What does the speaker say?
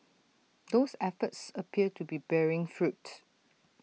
those efforts appear to be bearing fruit